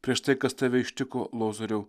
prieš tai kas tave ištiko lozoriau